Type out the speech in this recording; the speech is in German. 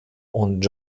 und